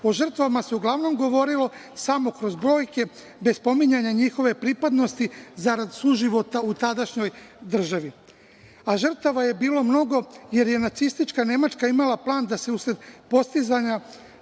O žrtvama se uglavnom govorilo samo kroz brojke bez pominjanja njihove pripadnosti za rad suživota u tadašnjoj državi. Žrtava je bilo mnogo jer je nacistička Nemačka imala plan da se usled postizanja